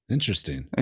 Interesting